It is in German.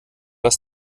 das